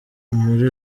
muri